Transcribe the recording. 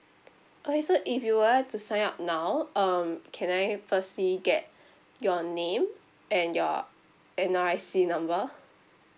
okay so if you were to sign up now um can I firstly get your name and your N_R_I_C number